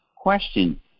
question